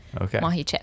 Okay